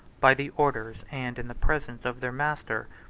by the orders, and in the presence, of their master,